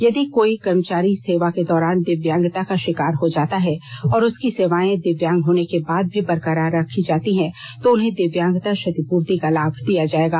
यदि कोई कर्मचारी सेवा के दौरान दिव्यांगता का शिकार हो जाता है और उसकी सेवाएँ दिव्यांग होने के बाद भी बरकरार रखी जाती हैं तो उन्हें दिव्यांगता क्षतिपूर्ति का लाभ दिया जाएगा